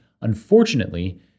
Unfortunately